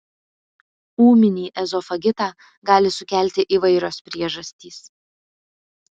ūminį ezofagitą gali sukelti įvairios priežastys